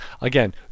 Again